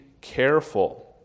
careful